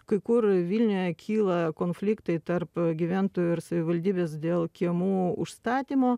kai kur vilniuje kyla konfliktai tarp gyventojų ir savivaldybės dėl kiemų užstatymo